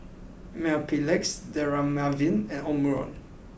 Mepilex Dermaveen and Omron